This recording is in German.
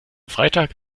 freitag